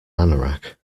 anorak